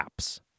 apps